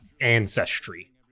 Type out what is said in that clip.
ancestry